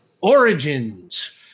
Origins